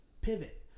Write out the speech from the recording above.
Pivot